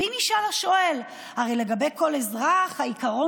ואם ישאל השואל: הרי לגבי כל אזרח העיקרון